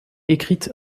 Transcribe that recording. écrite